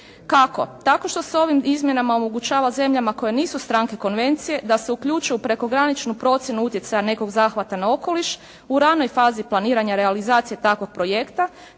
Kako? Tako što se ovim izmjenama omogućava zemljama koje nisu stranke konvencije da se uključe u prekograničnu procjenu utjecaja nekog zahvata na okoliš u ranoj fazi planiranja realizacije takvog projekta